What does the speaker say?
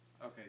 Okay